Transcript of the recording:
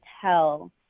tell